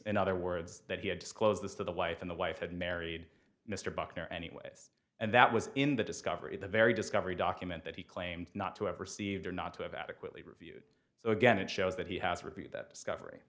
in other words that he had disclosed this to the wife and the wife had married mr buckner anyways and that was in the discovery the very discovery document that he claimed not to have received or not to have adequately reviewed so again it shows that he has reviewed that discovery